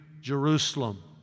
Jerusalem